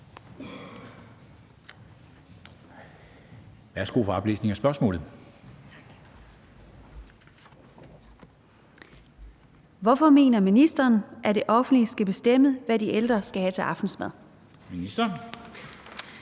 Honoré Østergaard (V): Hvorfor mener ministeren, at det offentlige skal bestemme, hvad de ældre skal have til aftensmad? Kl.